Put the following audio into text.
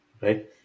right